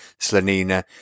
Slanina